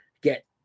get